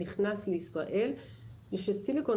והסיבה היחידה שסיליקון ואלי בנק נכנס לישראל היא שסיליקון